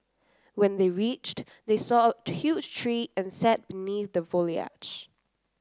when they reached they saw huge tree and sat beneath the foliage